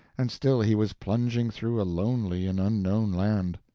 and still he was plunging through a lonely and unknown land.